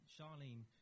Charlene